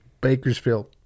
Bakersfield